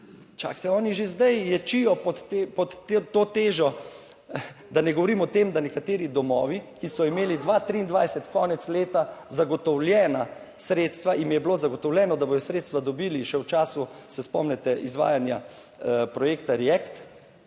Čakajte, oni že zdaj ječijo pod to težo. Da ne govorim o tem, da nekateri domovi, ki so imeli 2023 konec leta zagotovljena sredstva, jim je bilo zagotovljeno da bodo sredstva dobili še v času, se spomnite, izvajanja projekta React,